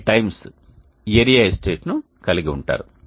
3 రెట్లు ఏరియా ఎస్టేట్ను కలిగి ఉంటారు